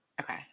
okay